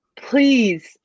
Please